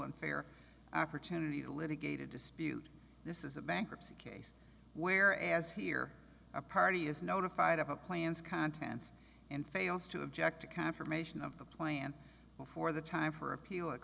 and fair opportunity to litigate a dispute this is a bankruptcy case where as here a party is notified of the plans contents and fails to object to confirmation of the plan before the time for appeal it